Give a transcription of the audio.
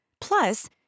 Plus